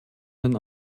den